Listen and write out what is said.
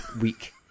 week